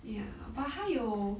ya but 他有